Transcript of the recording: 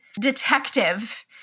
detective